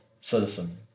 citizen